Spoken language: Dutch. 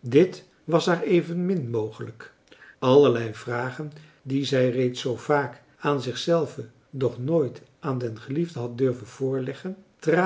dit was haar evenmin mogelijk allerlei vragen die zij reeds zoo vaak aan zich zelve doch nooit aan den geliefde had durven voorleggen traden